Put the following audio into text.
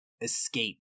escape